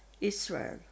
Israel